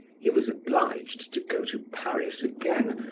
he was obliged to go to paris again,